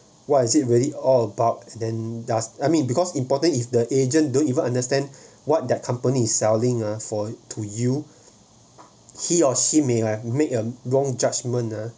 what is it really all about then does I mean because important if the agent don't even understand what their company is selling ah for to you he or she may made a wrong judgement ah